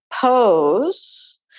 pose